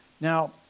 Now